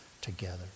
together